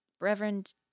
Reverend